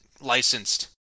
licensed